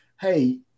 hey